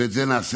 ואת זה נעשה,